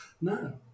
No